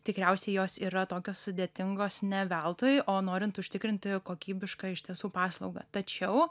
tikriausiai jos yra tokios sudėtingos ne veltui o norint užtikrinti kokybišką iš tiesų paslaugą tačiau